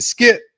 Skip